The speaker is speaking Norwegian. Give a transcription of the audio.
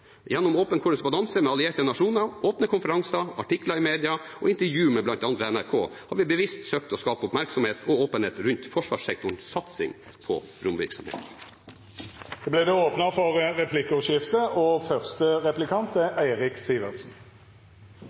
Gjennom åpen korrespondanse med allierte nasjoner, åpne konferanser, artikler i media og intervju med bl.a. NRK har vi bevisst søkt å skape oppmerksomhet og åpenhet rundt forsvarssektorens satsing på romvirksomhet. Det vert replikkordskifte. La meg benytte anledningen til å takke statsråden for